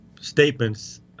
statements